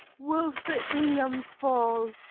woe for ilion's fall!